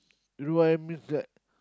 do I miss that